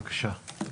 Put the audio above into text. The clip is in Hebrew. בבקשה.